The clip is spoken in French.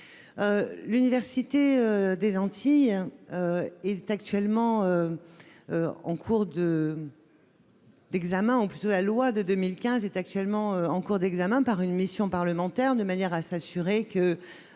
l'université des Antilles est actuellement en cours de. L'examen, en plus de la loi de 2015, est actuellement en cours d'examen par une mission parlementaire, de manière à s'assurer que